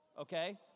okay